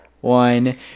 one –